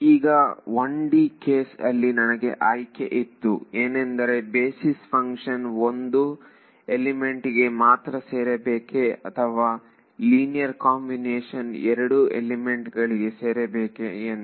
ಈಗ 1D case ಅಲ್ಲಿ ನನಗೆ ಆಯ್ಕೆ ಇತ್ತು ಏನೆಂದರೆ ಬೇಸಿಸ್ ಫಂಕ್ಷನ್ 1 ಎಲಿಮೆಂಟ್ ಗೆ ಮಾತ್ರ ಸೇರಬೇಕೇ ಅಥವಾ ಲೀನಿಯರ್ ಕಾಂಬಿನೇಷನ್ ಎರಡೂ ಎಲಿಮೆಂಟ್ಗಳಿಗೆ ಸೇರಬೇಕೆ ಎಂದು